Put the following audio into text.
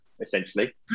essentially